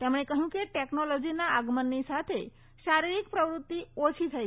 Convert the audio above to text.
તેમણે કહ્યું કે ટેકનોલોજીના આગમનની સાથે શારીરીક પ્રવૃત્તિ ઓછી થઇ